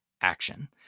action